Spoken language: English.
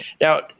Now